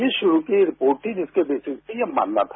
ये शुरू की रिपोर्ट थी जिसके बेसिस पर ये मानना था